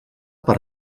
per